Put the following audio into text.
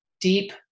deep